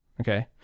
okay